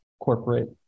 corporate